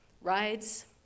rides